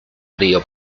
río